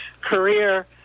career